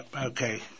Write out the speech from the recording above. okay